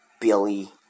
billy